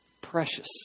Precious